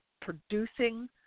producing